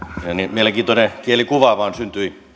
mielenkiintoinen kielikuva vain syntyi